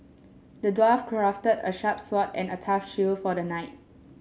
the dwarf crafted a sharp sword and a tough shield for the knight